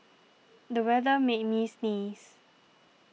the weather made me sneeze